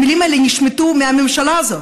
המילים האלה נשמטו מהממשלה הזאת,